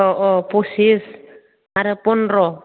औ औ फचिस आरो फनद्र'